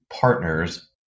partners